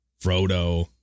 Frodo